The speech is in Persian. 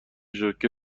شوکه